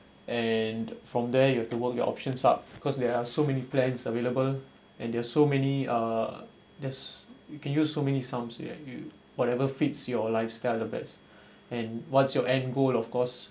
and from there you have to work your options up because there are so many plans available and there are so many uh there's you can use so many sums yet you whatever fits your lifestyle the best and what's your end goal of course